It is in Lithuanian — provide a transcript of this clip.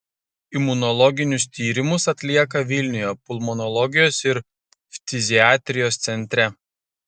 imunologinius tyrimus atlieka vilniuje pulmonologijos ir ftiziatrijos centre